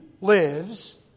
lives